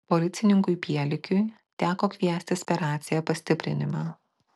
policininkui pielikiui teko kviestis per raciją pastiprinimą